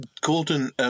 Gordon